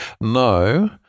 No